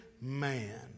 man